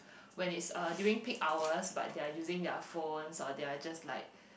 when it's uh during peak hours but they are using their phones or they are just like